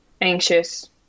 anxious